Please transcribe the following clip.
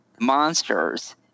monsters –